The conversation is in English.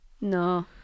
No